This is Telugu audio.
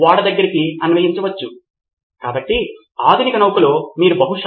ఉపాధ్యాయునికి రెండు కోర్సులు ఉండవచ్చు కనుక ఇది మీ సిస్టమ్లో కూడా భాగం కావచ్చు